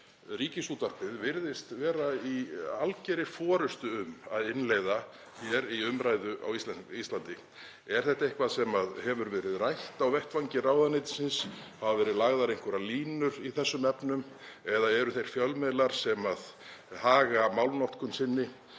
Ríkisútvarpið virðist vera í algjörri forystu um að innleiða hér í umræðu á Íslandi eitthvað sem hefur verið rætt á vettvangi ráðuneytisins? Hafa verið lagðar einhverjar línur í þessum efnum eða eru þeir fjölmiðlar sem haga málnotkun sinni